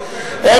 כן, אדוני.